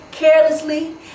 carelessly